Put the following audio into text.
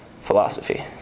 Philosophy